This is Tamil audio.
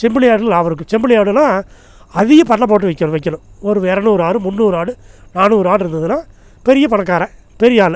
செம்புலி ஆட்டில் லாபம் இருக்கும் செம்புலி ஆடுனால் அதிக பண்ணைப்போட்டு வைக்க வைக்கணும் ஒரு இரநூறு ஆடு முன்னூறு ஆடு நானூறு ஆடு இருந்துதுனால் பெரிய பணக்காரன் பெரிய ஆளு